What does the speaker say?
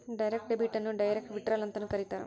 direct debit ಅನ್ನು direct withdrawal ಅಂತನೂ ಕರೀತಾರ